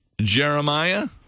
Jeremiah